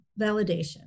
validation